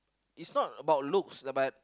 it's not about looks lah but